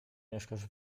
mieszkasz